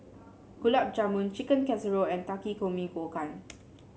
Gulab Jamun Chicken Casserole and Takikomi Gohan